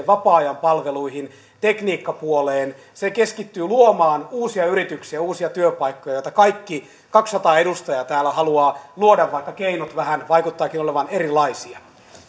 vapaa ajan palveluihin tekniikkapuoleen se keskittyy luomaan uusia yrityksiä ja uusia työpaikkoja joita kaikki kaksisataa edustajaa täällä haluavat luoda vaikka keinot vähän vaikuttavatkin olevan erilaisia